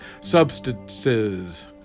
substances